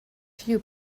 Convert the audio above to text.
few